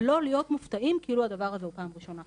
ולא להיות מופתעים כאילו הדבר הזה הוא פעם ראשונה,